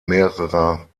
mehrerer